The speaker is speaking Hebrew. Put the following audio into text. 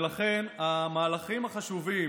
ולכן, המהלכים החשובים